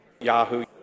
Yahoo